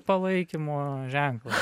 palaikymo ženklas